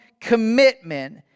commitment